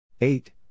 Eight